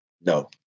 No